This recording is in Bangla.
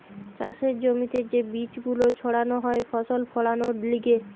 চাষের জমিতে যে বীজ গুলো ছাড়ানো হয় ফসল ফোলানোর লিগে